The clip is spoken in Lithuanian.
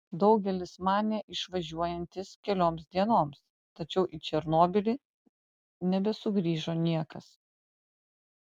daugelis manė išvažiuojantys kelioms dienoms tačiau į černobylį nebesugrįžo niekas